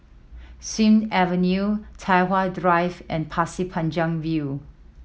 Sing Avenue Tai Hwan Drive and Pasir Panjang View